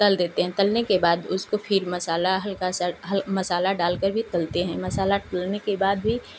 तल देते हैं तलने के बाद उसको फिर मसाला हल्का सा हल मसाला डाल कर भी तलते हैं मसाला तलने के बाद भी